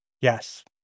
Yes